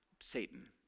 satan